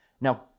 Now